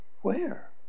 where